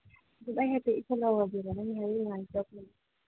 ꯑꯩ ꯍꯥꯏꯐꯦꯠ ꯏꯁꯜꯍꯧꯔꯒꯦꯕ ꯅꯪ ꯍꯥꯏꯔꯛꯏꯉꯥꯏꯁꯤꯗ ꯁꯨꯝ